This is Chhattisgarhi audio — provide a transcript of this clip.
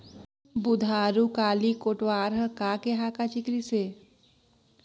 बुधारू काली कोटवार हर का के हाँका चिकरिस हे?